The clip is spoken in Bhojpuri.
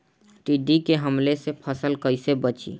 टिड्डी के हमले से फसल कइसे बची?